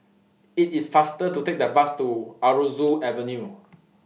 IT IS faster to Take The Bus to Aroozoo Avenue